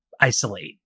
isolate